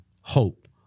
hope